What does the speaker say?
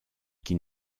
qui